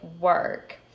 work